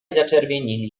zaczerwienili